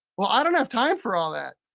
well, i don't have time for all that.